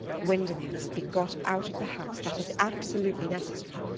windermere must be got out of the house that is absolutely necessary.